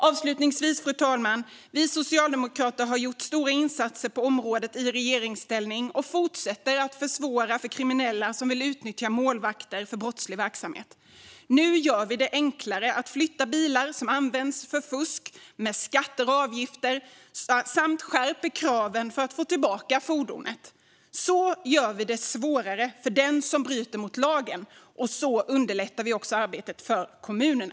Avslutningsvis: Vi socialdemokrater har gjort stora insatser på området i regeringsställning och fortsätter att försvåra för kriminella som vill utnyttja målvakter för brottslig verksamhet. Nu gör vi det enklare att flytta bilar som används för fusk med skatter och avgifter. Och vi skärper kraven för att man ska få tillbaka fordonet. Så gör vi det svårare för den som bryter mot lagen, och så underlättar vi arbetet för kommunerna.